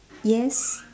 yes